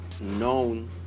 known